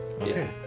Okay